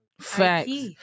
Facts